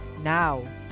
Now